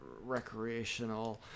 recreational